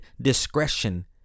discretion